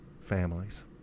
families